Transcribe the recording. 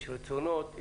יש רצונות,